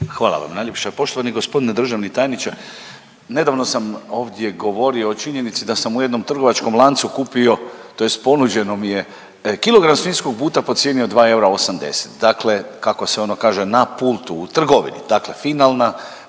Hvala vam najljepša. Poštovani g. državni tajniče, nedavno sam ovdje govorio o činjenici da sam u jednom trgovačkom lancu kupio tj. ponuđeno mi je kilogram svinjskog buta po cijeni od 2 eura 80, dakle kako se ono kaže na pultu u trgovini, dakle finalna